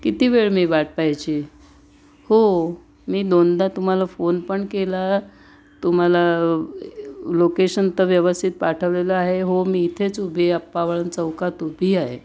किती वेळ मी वाट पाहायची हो मी दोनदा तुम्हाला फोन पण केला तुम्हाला लो लोकेशन तर व्यवस्थित पाठवलेलं आहे हो मी इथेच उभी अप्पा बळवंत चौकात उभी आहे